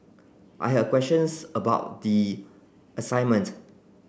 I had questions about the assignment